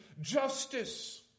justice